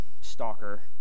Stalker